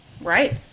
Right